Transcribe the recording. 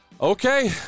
Okay